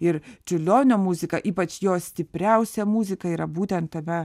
ir čiurlionio muzika ypač jo stipriausia muzika yra būtent tame